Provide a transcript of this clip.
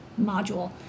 module